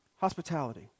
Hospitality